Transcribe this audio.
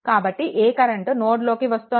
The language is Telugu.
కాబట్టి ఏ కరెంట్ నోడ్ లోకి వస్తుంది